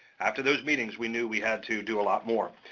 after those meetings, we knew we had to do a lot more.